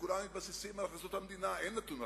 וכולם מתבססים על הכנסות המדינה, אין נתון אחר,